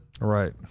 right